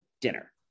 dinner